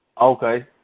Okay